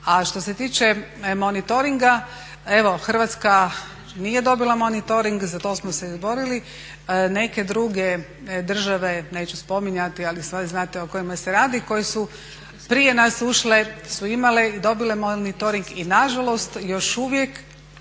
A što se tiče monitoringa, evo Hrvatska nije dobila monitoring, za to smo se izborili. Neke druge države neću spominjati ali sve znate o kojima se radi, koje su prije nas ušle su imale i dobile monitoring i na žalost još uvijek